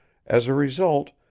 as a result,